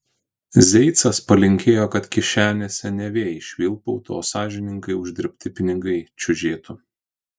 zeicas palinkėjo kad kišenėse ne vėjai švilpautų o sąžiningai uždirbti pinigai čiužėtų